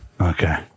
okay